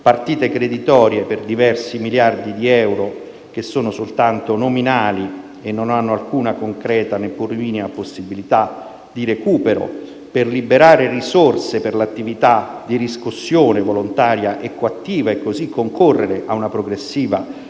partite creditorie per diversi miliardi di euro che sono soltanto nominali e non hanno alcuna concreta e neppur minima possibilità di recupero per liberare risorse per l'attività di riscossione volontaria e coattiva e così concorrere a una progressiva riduzione